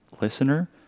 listener